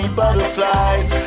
butterflies